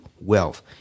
wealth